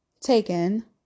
taken